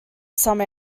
some